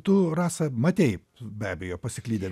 tu rasa matei be abejo pasiklydę